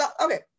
Okay